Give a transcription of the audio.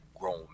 grown